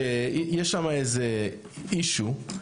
שיש שם איזה "אישיו",